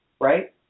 right